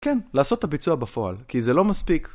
כן, לעשות הביצוע בפועל, כי זה לא מספיק.